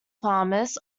farmers